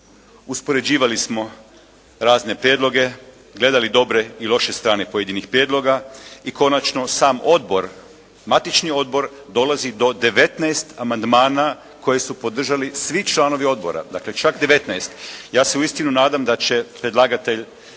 uspoređivali smo razne prijedloge, gledali dobre i loše strane pojedinih prijedlog, i konačno sam odbor, matični odbor dolazi do devetnaest amandmana koji su podržali svi članovi odbor, dakle čak 19. Ja se uistinu nadam da će predlagatelj